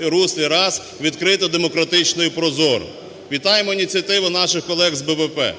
руслі – раз, відкрито, демократично і прозоро. Вітаємо ініціативу наших колег з БПП,